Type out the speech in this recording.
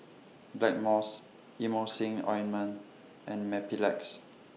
Blackmores Emulsying Ointment and Mepilex